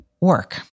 work